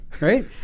right